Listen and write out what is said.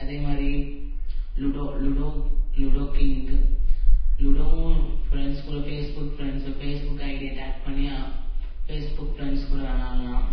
அதே மாதிரி ludo ludo ludo king லுடோவும் ஃபிரெண்ட்ஸ் கூட Facebook friends Facebook ஐடியை டேக் பண்ணி ஃபேஸ் புக் ஃபிரெண்ட்ஸ் கூட விளையாட்லாம்